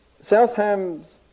Southam's